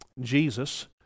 Jesus